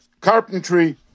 carpentry